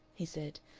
he said,